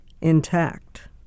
intact